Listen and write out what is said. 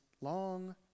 long